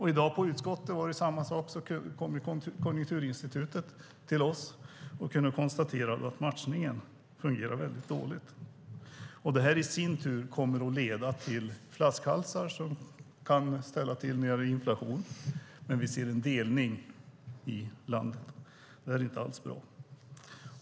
I dag på utskottssammanträdet sades samma sak. Konjunkturinstitutet kom till oss och kunde konstatera att matchningen fungerar väldigt dåligt. Det i sin tur kommer att leda till flaskhalsar som kan ställa till det med inflation, och vi ser en delning i landet. Det är inte alls bra.